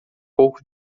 pouco